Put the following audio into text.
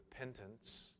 repentance